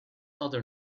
other